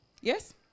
yes